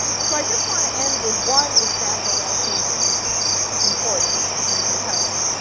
so i just want to end with one example that i think is important and compelling.